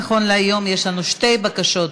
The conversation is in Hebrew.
עברה בקריאה ראשונה ועוברת לוועדת החינוך,